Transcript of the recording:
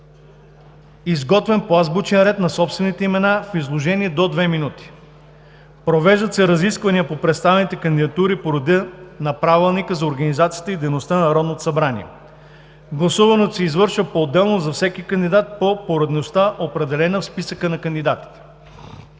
изготвен по азбучен ред на собствените имена, в изложение до 2 минути. 4. Провеждат се разисквания по представените кандидатури по реда на Правилника за организацията и дейността на Народното събрание. 5. Гласуването се извършва поотделно за всеки кандидат по поредността, определена в списъка на кандидатите.